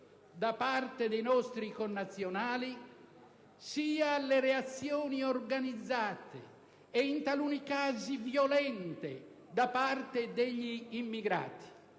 da parte dei nostri connazionali, sia le reazioni organizzate e in taluni casi violente da parte degli immigrati;